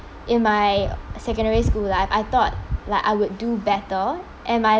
in my secondary school life I thought like I would do better and my